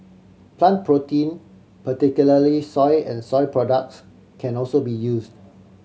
plan protein particularly soy and soy products can also be used